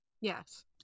Yes